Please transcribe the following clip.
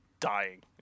dying